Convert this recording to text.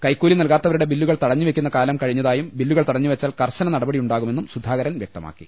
കൈക്കൂലി നൽകാത്തവരുടെ ബില്ലുകൾ തടഞ്ഞുവെക്കുന്ന കാലം കഴി ഞ്ഞതായും ബില്ലുകൾ തടഞ്ഞുവെച്ചാൽ കർശന നടപടിയുണ്ടാകുമെന്നും സുധാകരൻ വ്യക്തമാക്കി